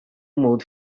mood